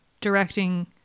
directing